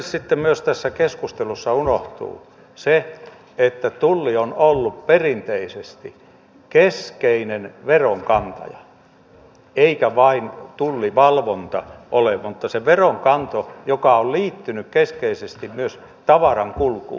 monesti sitten tässä keskustelussa unohtuu myös se että tulli on ollut perinteisesti keskeinen veronkantaja ei hoitanut vain tullivalvontaa vaan myös sitä veronkantoa joka on liittynyt keskeisesti myös tavaran kulkuun